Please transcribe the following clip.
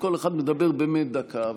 אם כל אחד מדבר באמת דקה,